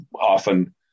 often